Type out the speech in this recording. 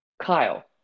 Kyle